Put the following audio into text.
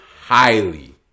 Highly